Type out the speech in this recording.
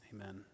Amen